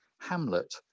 Hamlet